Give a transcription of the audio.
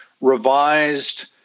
revised